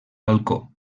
balcó